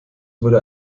wurde